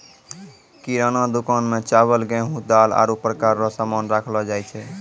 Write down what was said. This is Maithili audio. किराना दुकान मे चावल, गेहू, दाल, आरु प्रकार रो सामान राखलो जाय छै